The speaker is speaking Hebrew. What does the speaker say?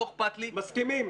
לא אכפת לי --- מסכימים.